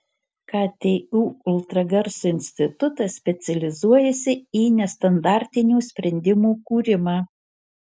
ktu ultragarso institutas specializuojasi į nestandartinių sprendimų kūrimą